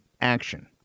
action